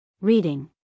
Reading